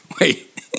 Wait